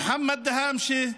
מוחמד דהאמשה,